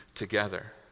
together